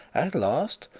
at last,